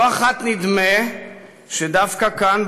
לא אחת נדמה שדווקא כאן,